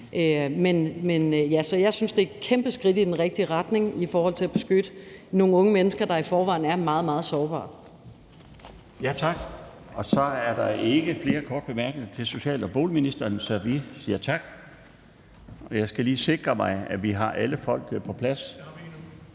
ja, jeg synes, det er et kæmpe skridt i den rigtige retning i forhold til at beskytte nogle unge mennesker, der i forvejen er meget, meget sårbare.